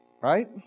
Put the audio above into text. right